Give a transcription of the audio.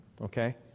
okay